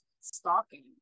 stalking